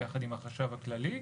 ביחד עם החשב הכללי,